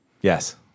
Yes